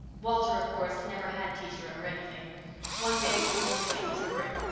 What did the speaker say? walter, of course, never had teased her over anything one day he told her she was a brick.